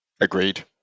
Agreed